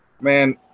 man